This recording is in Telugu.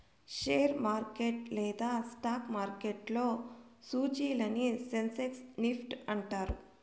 షేరు మార్కెట్ లేదా స్టాక్ మార్కెట్లో సూచీలని సెన్సెక్స్ నిఫ్టీ అంటారు